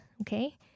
Okay